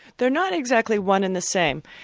they're not exactly one and the same.